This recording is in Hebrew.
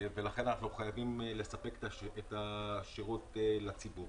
ולכן אנחנו חייבים לספק את השירות לציבור.